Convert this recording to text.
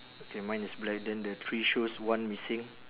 okay mine is black then the three shoes one missing